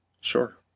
sure